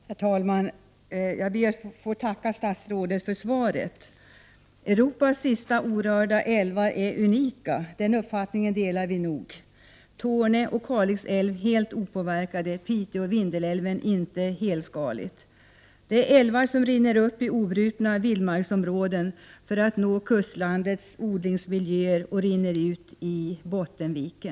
Herr talman! Jag ber att få tacka statsrådet för svaret. Europas sista orörda älvar är unika, den uppfattningen delar vi nog. Torneälven och Kalixälven är helt opåverkade, och Piteälven och Vindelälven är inte helskaliga. Dessa älvar rinner upp i obrutna vildmarksområden och når kustlandets odlingsmiljöer och rinner ut i Bottenviken.